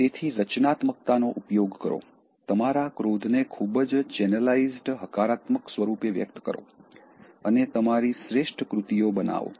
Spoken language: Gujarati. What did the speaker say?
તેથી રચનાત્મકતાનો ઉપયોગ કરો તમારા ક્રોધને ખૂબ જ ચેનલાઇઝ્ડ હકારાત્મક સ્વરૂપે વ્યક્ત કરો અને તમારી શ્રેષ્ઠ કૃતિઓ બનાવો